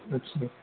अच्छा